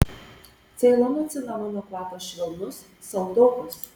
ceilono cinamono kvapas švelnus saldokas